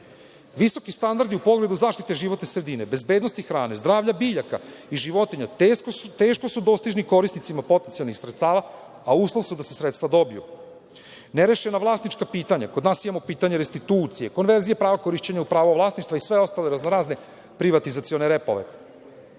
Visoki standardi u pogledu zaštite životne sredine, bezbednosti hrane, zdravlja biljaka i životinja teško su dostižni korisnicima potencijalnih sredstava, a uslov su da se sredstva dobiju. Nerešena vlasnička pitanja, kod nas imamo pitanje restitucije, konverzije prava korišćenja u pravo vlasništva i sve ostale raznorazne privatizacione repove.